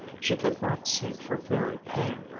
she could not see for very pain.